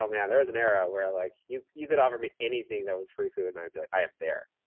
um yeah there was an era where like you you could offer me anything that was free food, and i'd be like, i am there.